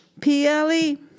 P-L-E